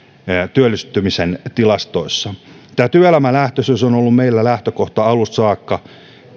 työllistymisen tilastoissa työelämälähtöisyys on on ollut meillä lähtökohta alusta saakka